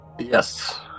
Yes